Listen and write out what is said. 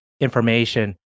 information